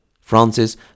francis